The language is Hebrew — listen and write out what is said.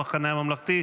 מירב כהן,